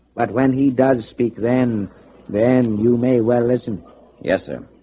but when he does speak then then you may well listen yes, sir,